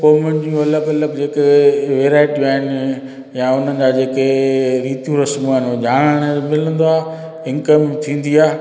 क़ौमनि जूं अलॻि अलॻि जेके वैराइटियूं आहिनि या उन्हनि जा जेके रितियूं रस्मूं आहिनि ॼाणण जो मिलंदो आहे इनकम थींदी आहे